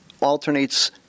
alternates